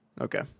Okay